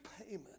payment